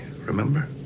remember